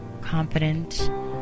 confident